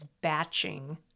batching